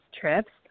trips